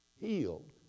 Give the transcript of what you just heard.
healed